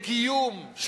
לקיום,